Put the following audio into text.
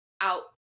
out